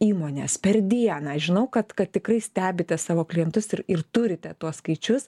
įmonės per dieną aš žinau kad kad tikrai stebite savo klientus ir ir turite tuos skaičius